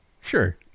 Sure